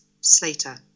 Slater